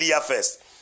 first